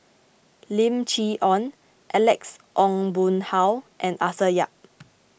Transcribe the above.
Lim Chee Onn Alex Ong Boon Hau and Arthur Yap